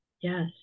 Yes